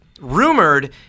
Rumored